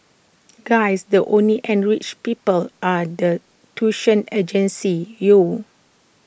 guys the only enriched people are the tuition agencies yo